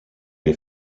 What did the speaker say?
les